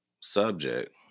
subject